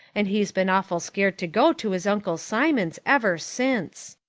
and he's been awful scared to go to his uncle simon's ever since.